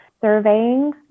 surveying